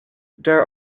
there